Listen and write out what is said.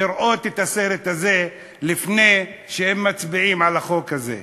לראות את הסרט הזה לפני שהם מצביעים על החוק הזה.